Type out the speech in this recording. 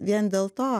vien dėl to